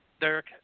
Derek